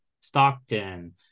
Stockton